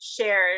shared